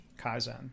Kaizen